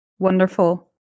Wonderful